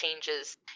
changes